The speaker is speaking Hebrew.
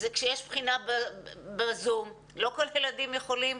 כשיש בחינה בזום לא כל הילדים יכולים